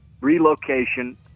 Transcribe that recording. relocation